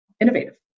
innovative